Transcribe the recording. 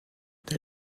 der